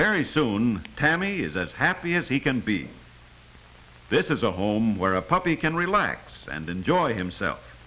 very soon tami is that happy as he can be this is a home where a puppy can relax and enjoy himself